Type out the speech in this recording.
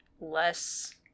less